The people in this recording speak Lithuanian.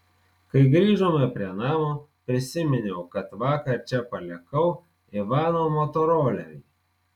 kai grįžome prie namo prisiminiau kad vakar čia palikau ivano motorolerį